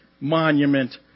monument